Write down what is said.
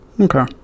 Okay